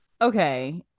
okay